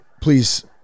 please